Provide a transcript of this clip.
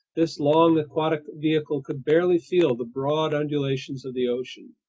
this long aquatic vehicle could barely feel the broad undulations of the ocean.